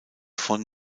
von